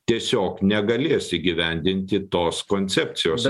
tiesiog negalės įgyvendinti tos koncepcijos